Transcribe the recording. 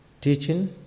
teaching